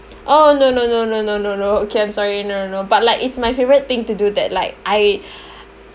oh no no no no no no okay I'm sorry no no no but like it's my favorite thing to do that like I